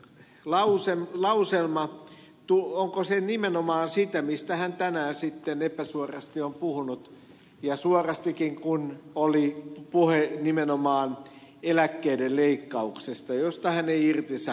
onko tämä pääministeri vanhasen lauselma nimenomaan sitä mistä hän tänään sitten epäsuorasti on puhunut ja suorastikin kun oli puhe nimenomaan eläkkeiden leikkauksesta josta hän ei irtisanoutunut